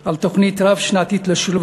כימים על תוכנית רב-שנתית לשילוב